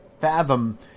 fathom